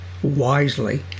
wisely